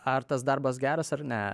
ar tas darbas geras ar ne